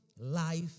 life